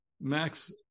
Max